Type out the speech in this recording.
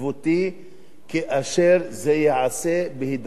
כאשר זה ייעשה בהידברות עם המתנדב